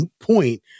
point